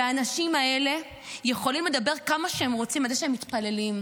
האנשים האלה יכולים לדבר כמה שהם רוצים על זה שהם מתפללים,